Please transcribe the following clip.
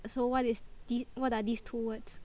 so what is th~ what are these two words